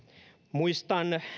muistan